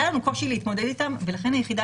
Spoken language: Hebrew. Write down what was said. היה לנו קושי להתמודד איתן ולכן היחידה